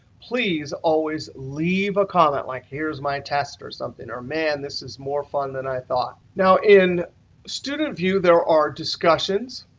please always leave a comment like, here's my test or something, or man, this is more fun than i thought. now in student view, there are discussions.